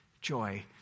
Joy